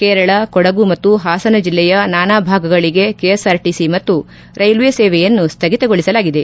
ಕೇರಳ ಕೊಡಗು ಮತ್ತು ಹಾಸನ ಜಿಲ್ಲೆಯ ನಾನಾ ಭಾಗಗಳಿಗೆ ಕೆಎಸ್ಆರ್ಟಿಒ ಮತ್ತು ರೈಲ್ವೆ ಸೇವೆಯನ್ನು ಸ್ಲಗಿತಗೊಳಿಸಲಾಗಿದೆ